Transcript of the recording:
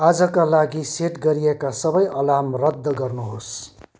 आजका लागि सेट गरिएका सबै अलार्म रद्द गर्नुहोस्